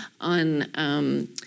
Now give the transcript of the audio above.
on